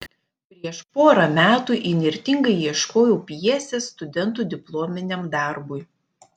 prieš porą metų įnirtingai ieškojau pjesės studentų diplominiam darbui